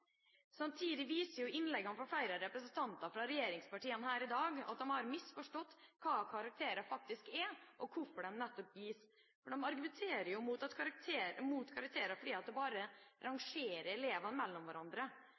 Samtidig viser innleggene til flere representanter fra regjeringspartiene her i dag at de har misforstått hva karakterer faktisk er, og hvorfor de gis. De argumenterer jo mot karakterer fordi de bare rangerer elevene. Men poenget med karakterer er jo ikke at elevene skal sammenligne seg med hverandre,